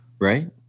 right